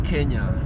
Kenya